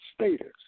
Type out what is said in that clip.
status